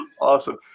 Awesome